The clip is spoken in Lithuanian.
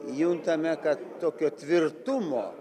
juntame kad tokio tvirtumo